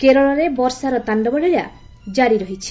କେରଳରେ ବର୍ଷାର ତାଣ୍ଡବ ଲୀଳା ଜାରି ରହିଛି